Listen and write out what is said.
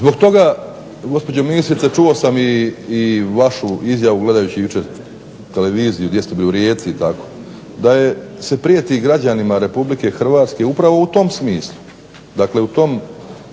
Zbog toga gospođo ministrice čuo sam i vašu izjavu gledajući jučer televiziju gdje ste bili u Rijeci i tako, da se prijeti građanima Republike Hrvatske upravo u tom smislu. Dakle, u tom